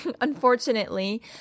unfortunately